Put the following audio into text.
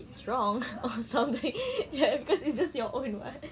it's wrong or something cause it's just your own [what]